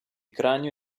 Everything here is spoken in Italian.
cranio